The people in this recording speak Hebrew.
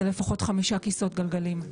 זה לפחות 5 כיסאות גלגלים.